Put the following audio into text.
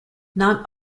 not